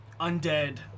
undead